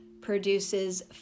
produces